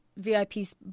VIPs